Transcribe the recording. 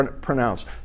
pronounced